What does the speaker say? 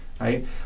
right